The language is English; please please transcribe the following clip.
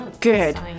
Good